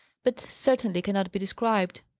but certainly cannot be described.